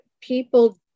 people